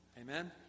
Amen